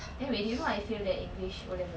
anyway do you know I fail the english O level